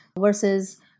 versus